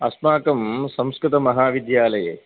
अस्माकं संस्कृतमहाविद्यालये